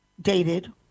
dated